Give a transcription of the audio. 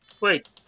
Wait